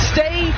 Stay